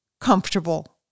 comfortable